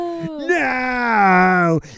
No